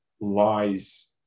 lies